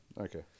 Okay